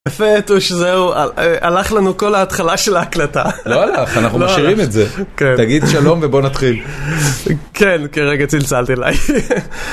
יפה, טוש, זהו, הלך לנו כל ההתחלה של ההקלטה. לא הלך, אנחנו משאירים את זה. תגיד שלום ובוא נתחיל. כן, כרגע צלצלת אליי.